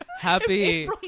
happy